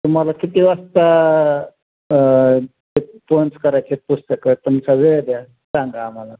तुम्हाला किती वाजता पोहोच करायचे पुस्तकं तुमचा वेळ द्या सांगा आम्हाला